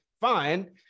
fine